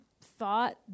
thought